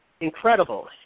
incredible